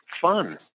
fun